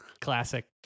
Classic